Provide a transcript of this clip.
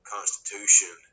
Constitution